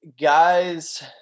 guys